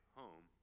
home